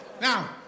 Now